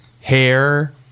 hair